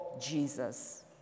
Jesus